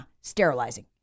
sterilizing